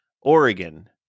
Oregon